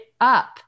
up